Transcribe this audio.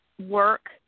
work